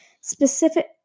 specific